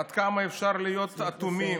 עד כמה אפשר להיות אטומים.